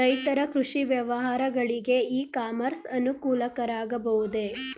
ರೈತರ ಕೃಷಿ ವ್ಯವಹಾರಗಳಿಗೆ ಇ ಕಾಮರ್ಸ್ ಅನುಕೂಲಕರ ಆಗಬಹುದೇ?